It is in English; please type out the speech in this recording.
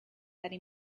eddie